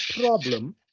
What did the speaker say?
problem